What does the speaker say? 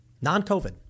non-COVID